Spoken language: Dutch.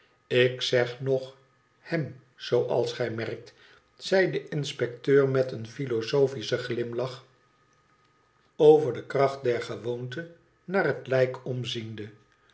ik zeg nog hem zooals gij merkt zei de inspecteur met een philosophischen glimlach over de kracht der gewoonte naar het lijk omziende